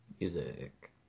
Music